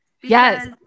Yes